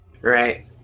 Right